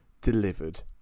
delivered